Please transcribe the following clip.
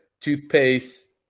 toothpaste